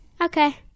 Okay